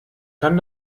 kann